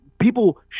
people